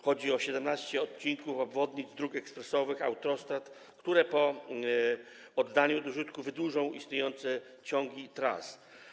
Chodzi o 17 odcinków obwodnic, dróg ekspresowych, autostrad, które po oddaniu do użytku wydłużą istniejące ciągi tras.